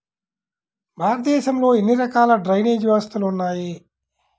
భారతదేశంలో ఎన్ని రకాల డ్రైనేజ్ వ్యవస్థలు ఉన్నాయి?